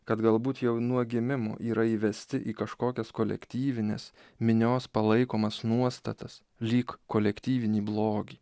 kad galbūt jau nuo gimimo yra įvesti į kažkokias kolektyvines minios palaikomas nuostatas lyg kolektyvinį blogį